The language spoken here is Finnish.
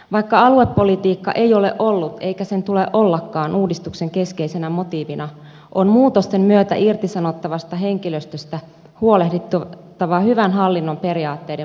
vaikka aluepolitiikka ei ole ollut eikä sen tule ollakaan uudistuksen keskeisenä motiivina on muutosten myötä irtisanottavasta henkilöstöstä huolehdittava hyvän hallinnon periaatteiden mukaisesti